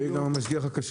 הוא יהיה גם משגיח הכשרות.